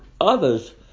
others